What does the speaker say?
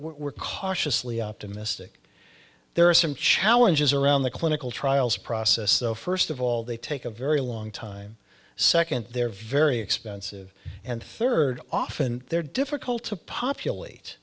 were cautiously optimistic there are some challenges around the clinical trials process so first of all they take a very long time second they're very expensive and third often they're difficult to populate